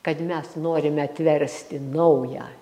kad mes norime atversti naują